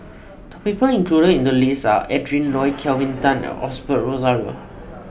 the people included in the list are Adrin Loi Kelvin Tan and Osbert Rozario